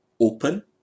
open